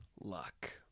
luck